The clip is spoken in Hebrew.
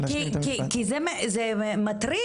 כי זה מטריף.